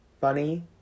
funny